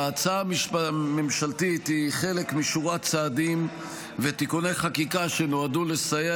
ההצעה הממשלתית היא חלק משורת צעדים ותיקוני חקיקה שנועדו לסייע